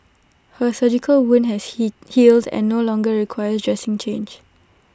her surgical wound has healed and no longer requires dressing change